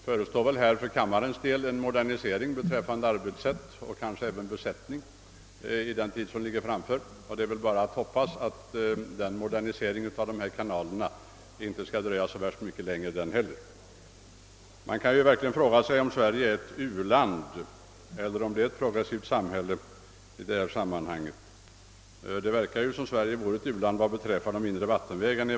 För kammarens del förestår en modernisering beträffande arbetssättet och kanske även beträffande besättningen. Det är bara att hoppas att mo derniseringen av kanalerna inte heller skall dröja alltför länge. I dessa sammanhang kan man verkligen fråga sig om Sverige är ett u-land eller ett progressivt samhälle. Det verkar som om Sverige vore ett u-land i varje fall vad beträffar de inre vattenvägarna.